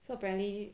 so apparently